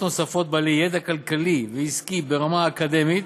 נוספות של בעלי ידע כלכלי ועסקי ברמה האקדמית